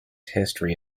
history